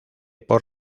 por